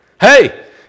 Hey